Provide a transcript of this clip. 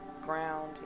ground